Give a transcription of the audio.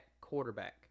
quarterback